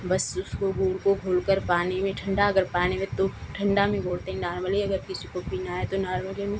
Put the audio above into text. बस उसको गुड़ को घोलकर पानी में ठण्डा अगर पानी है तो ठण्डा में घोलते हैं नॉर्मल अगर किसी को पीना है तो नॉर्मल में